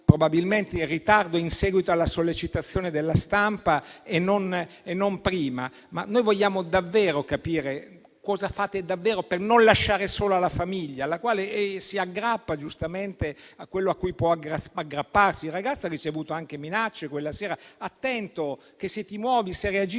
probabilmente in ritardo, in seguito alla sollecitazione della stampa e non prima, ma noi vogliamo davvero capire cosa fate per non lasciare sola la famiglia, la quale si aggrappa giustamente a ciò che può. Il ragazzo ha ricevuto anche minacce quella sera e non solo: gli è stato